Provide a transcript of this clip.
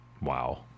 Wow